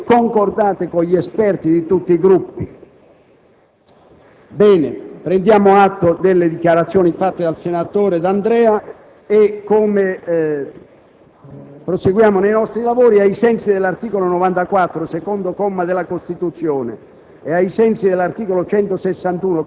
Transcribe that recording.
che sono già state distribuite ai responsabili dei Gruppi e che chiedo alla Presidenza, a nome del Governo, di depositare agli atti del Senato ai fini del recepimento nel testo dell'emendamento 1.1000, così come delle correzioni precedentemente analiticamente indicate.